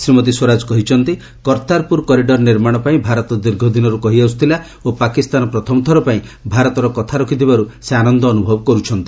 ଶ୍ରୀମତୀ ସ୍ୱରାଜ କହିଛନ୍ତି କର୍ତ୍ତାରପୁର କରିଡର ନିର୍ମାଣ ପାଇଁ ଭାରତ ଦୀର୍ଘଦିନରୁ କହିଆସୁଥିଲା ଓ ପାକିସ୍ତାନ ପ୍ରଥମଥର ପାଇଁ ଭାରତର କଥା ରଖିଥିବାର୍ତ ସେ ଆନନ୍ଦ ଅନ୍ତଭବ କର୍ତ୍ଥନ୍ତି